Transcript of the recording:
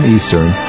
Eastern